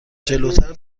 جلوتر